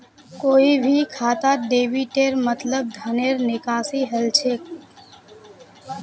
कोई भी खातात डेबिटेर मतलब धनेर निकासी हल छेक